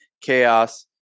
chaos